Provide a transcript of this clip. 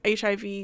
HIV